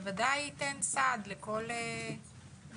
שאין לו חריגים היום בחוק,